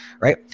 right